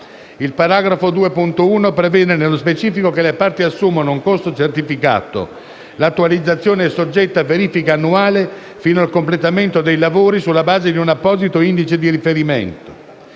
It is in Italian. Il paragrafo 2.1 prevede nello specifico che le parti assumano un costo certificato. L'attualizzazione è soggetta a verifica annuale fino al completamento dei lavori, sulla base di un apposito indice di riferimento.